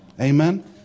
Amen